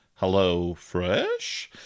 HelloFresh